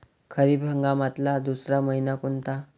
खरीप हंगामातला दुसरा मइना कोनता?